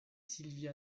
sylvia